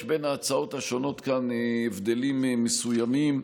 יש בין ההצעות השונות כאן הבדלים מסוימים,